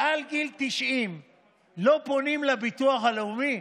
הם מעל גיל 90 ולא פונים לביטוח הלאומי,